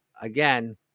again